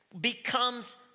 becomes